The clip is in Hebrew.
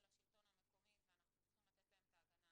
השלטון המקומי ואנחנו צריכים לתת להם את ההגנה